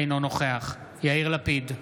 אינו נוכח יאיר לפיד,